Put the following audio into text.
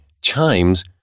Chimes